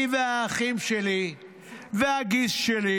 אני והאחים שלי והגיס שלי,